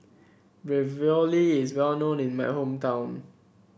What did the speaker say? ravioli is well known in my hometown